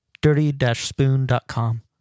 dirty-spoon.com